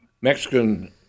Mexican